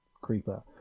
creeper